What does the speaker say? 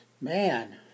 man